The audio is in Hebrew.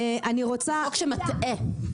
זה חוק שמטעה.